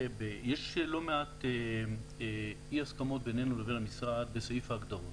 יש לא מעט אי הסכמות בינינו לבין המשרד בסעיף ההגדרות.